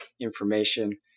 information